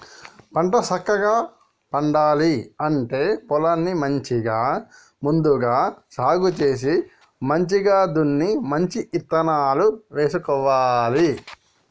పంట సక్కగా పండాలి అంటే పొలాన్ని మంచిగా ముందుగా సాగు చేసి మంచిగ దున్ని మంచి ఇత్తనాలు వేసుకోవాలి